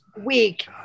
week